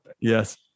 Yes